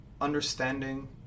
understanding